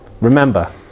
Remember